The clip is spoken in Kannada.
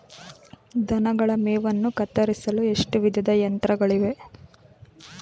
ದನಗಳ ಮೇವನ್ನು ಕತ್ತರಿಸಲು ಎಷ್ಟು ವಿಧದ ಯಂತ್ರಗಳಿವೆ?